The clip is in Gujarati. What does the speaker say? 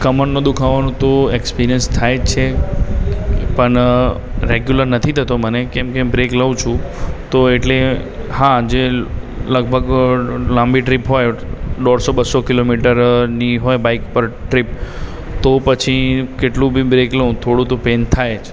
કમરનો દુઃખાવાનું તો ઍક્સપિરિયન્સ થાય જ છે પણ રૅગ્યુલર નથી થતો મને કે કેમકે હું બ્રેક લઉં છું તો એટલે હા જે લગભગ લાંબી ટ્રીપ હોય દોઢસો બસો કિલોમીટરની હોય બાઇક પર ટ્રીપ તો પછી કેટલું બી બ્રેક લઉં થોડું તો પેઇન થાય જ